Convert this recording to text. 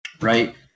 right